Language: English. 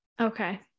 okay